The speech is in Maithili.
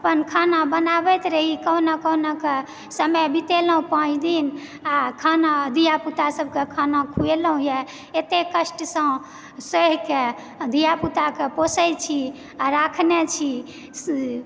अपन खाना बनाबैत रहि कोहुना कोहुना कऽ समय बितेलहुॅं पाँच दिन आओर खाना धियापुता सबके खाना खुएलहुॅं इएह अत्तेक कष्ट सऽ सहि कऽ धियापुता के पोषै छी आ राखने छी